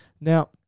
Now